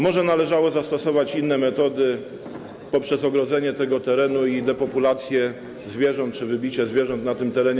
Może należało zastosować inne metody poprzez ogrodzenie tego terenu i depopulacje zwierząt czy wybicie zwierząt na tym terenie.